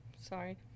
sorry